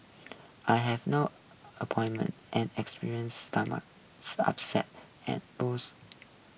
I have no appointment and experienced stomach upsets and booths